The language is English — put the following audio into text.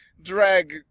Drag